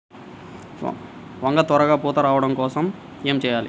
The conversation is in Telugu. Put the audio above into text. వంగ త్వరగా పూత రావడం కోసం ఏమి చెయ్యాలి?